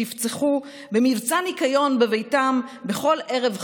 שיפצחו במבצע ניקיון בביתם בכל ערב חג,